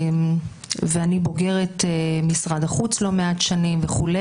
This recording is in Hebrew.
ואני בוגרת משרד החוץ לא מעט שנים וכו',